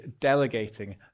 delegating